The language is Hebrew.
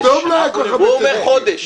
הוא אומר חודש.